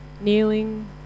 kneeling